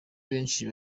benshi